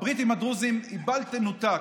הברית עם הדרוזים היא בל תנותק.